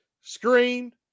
screen